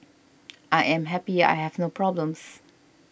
I am happy I have no problems